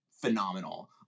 phenomenal